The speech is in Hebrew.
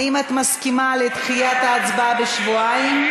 האם את מסכימה לדחיית ההצבעה בשבועיים?